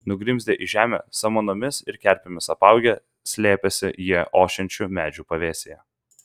nugrimzdę į žemę samanomis ir kerpėmis apaugę slėpėsi jie ošiančių medžių pavėsyje